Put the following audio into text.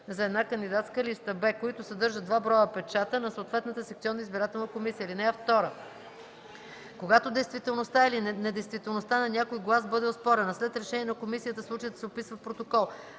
за една кандидатска листа; б) които съдържат два броя печата на съответната секционна избирателна комисия. (2) Когато действителността или недействителността на някой глас бъде оспорена, след решение на комисията случаят се описва в протокол.